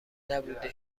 نبوده